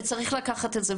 שצריך לקחת בחשבון.